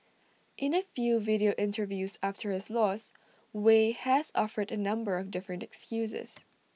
in A few video interviews after his loss Wei has offered A number of different excuses